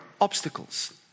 obstacles